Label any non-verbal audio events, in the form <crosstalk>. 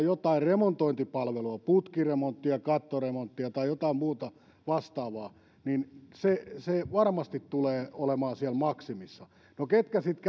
<unintelligible> jotain remontointipalvelua putkiremonttia kattoremonttia tai jotain muuta vastaavaa niin se se varmasti tulee olemaan siellä maksimissa no ketkä sitten <unintelligible>